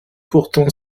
pourtant